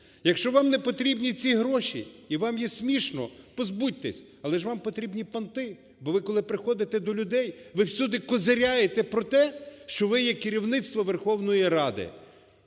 Якщо вам не потрібні ці гроші і вам є смішно, позбудьтесь, але ж вам потрібні "понти", бо ви, коли приходите до людей, ви всюди козиряєте про те, що ви є керівництво Верховної Ради.